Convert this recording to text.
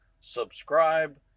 Subscribe